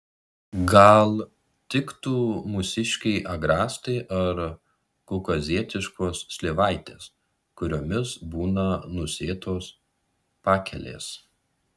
gal tiktų mūsiškiai agrastai ar kaukazietiškos slyvaitės kuriomis būna nusėtos pakelės